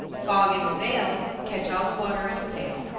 fog in the vale, catch all the water in a pail.